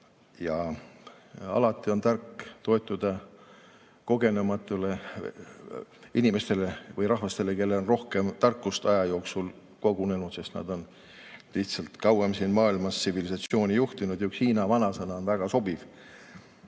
Alati on tark toetuda kogenumatele inimestele või rahvastele, kellel on rohkem tarkust aja jooksul kogunenud, sest nad on lihtsalt kauem siin maailmas tsivilisatsiooni juhtinud. Üks Hiina vanasõna on väga sobiv: